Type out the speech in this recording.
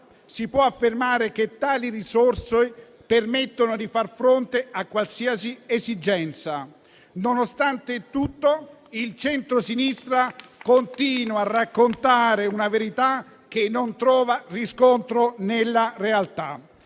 si può affermare che tali risorse permettono di far fronte a qualsiasi esigenza. Nonostante tutto, il centrosinistra continua a raccontare una verità che non trova riscontro nella realtà.